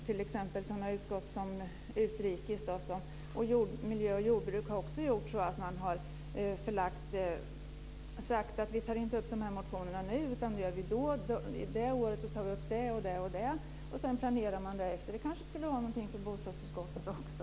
T.ex. sådana utskott som utrikesutskottet och miljö och jordbruksutskottet har sagt att de tar upp olika motioner olika år och planerar därefter. Det kanske skulle vara någonting för bostadsutskottet också.